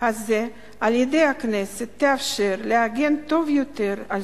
הזאת על-ידי הכנסת יאפשר להגן טוב יותר על